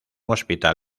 hospital